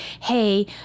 hey